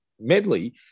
medley